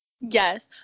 Yes